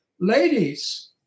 ladies